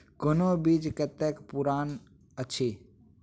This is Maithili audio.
कोनो बीज कतेक पुरान अछि?